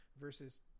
versus